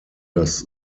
das